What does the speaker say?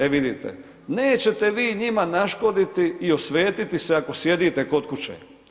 E vidite, nećete vi njima naškoditi i osvetiti se ako sjedite kod kuće.